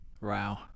Wow